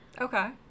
Okay